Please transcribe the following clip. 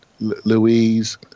Louise